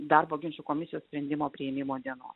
darbo ginčų komisijos sprendimo priėmimo dienos